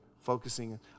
Focusing